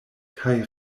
kaj